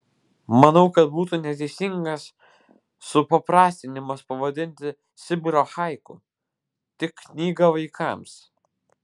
manau kad būtų neteisingas supaprastinimas pavadinti sibiro haiku tik knyga vaikams